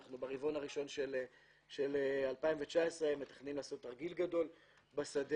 ברבעון הראשון של 2019 אנחנו מתכננים לעשות תרגיל גדול בשדה.